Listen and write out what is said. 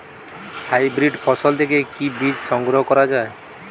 Hybrid ফসল থেকে কি বীজ সংগ্রহ করা য়ায়?